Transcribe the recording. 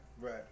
Right